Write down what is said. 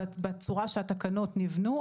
בצורה שהתקנות נבנו,